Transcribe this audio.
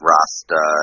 Rasta